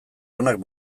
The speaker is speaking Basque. onak